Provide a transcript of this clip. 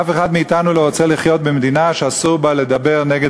אף אחד מאתנו לא רוצה לחיות במדינה שאסור בה לדבר נגד